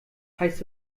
heißt